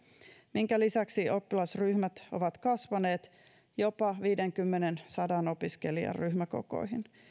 minkä lisäksi oppilasryhmät ovat kasvaneet jopa viidenkymmenen viiva sadan opiskelijan ryhmäkokoihin